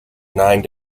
nine